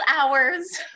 hours